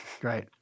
Great